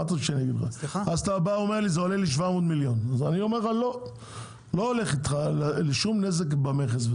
אתה אומר שזה עולה לך 700 מיליון ואני לא רוצה לגרום לשום נזק למכס,